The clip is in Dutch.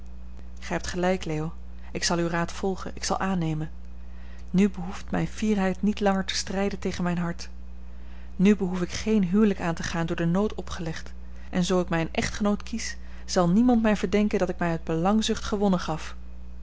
gij hebt gelijk leo ik zal uw raad volgen ik zal aannemen nu behoeft mijne fierheid niet langer te strijden tegen mijn hart nu behoef ik geen huwelijk aan te gaan door den nood opgelegd en zoo ik mij een echtgenoot kies zal niemand mij verdenken dat ik mij uit belangzucht gewonnen gaf